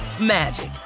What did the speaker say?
magic